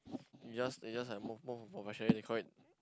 you just you just like more more more professional they call it